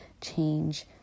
change